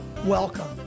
Welcome